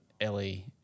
Ellie